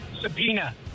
Subpoena